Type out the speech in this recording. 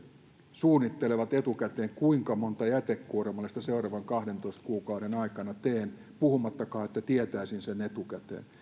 suunnittelevat etukäteen kuinka monta jätekuormallista seuraavien kahdentoista kuukauden aikana teen puhumattakaan että tietäisivät sen etukäteen